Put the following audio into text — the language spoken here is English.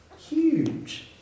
Huge